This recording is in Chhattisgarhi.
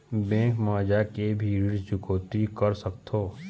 बैंक मा जाके भी ऋण चुकौती कर सकथों?